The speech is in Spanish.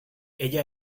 ella